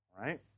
Right